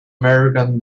american